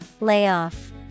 Layoff